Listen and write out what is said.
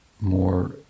more